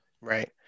Right